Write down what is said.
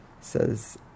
says